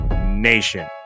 nation